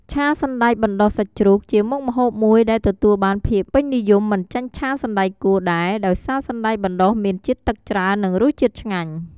ឆាសណ្តែកបណ្តុះសាច់ជ្រូក ជាមុខម្ហូបមួយដែលទទួលបានភាពពេញនិយមមិនចាញ់ឆាសណ្តែកគួរដែរ ដោយសារសណ្តែកបណ្តុះមានជាតិទឹកច្រើន និងរសជាតិឆ្ងាញ់។